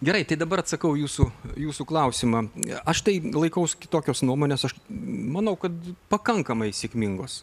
gerai tai dabar atsakau į jūsų jūsų klausimą aš taip laikaus kitokios nuomonės aš manau kad pakankamai sėkmingos